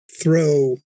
throw